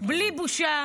בלי בושה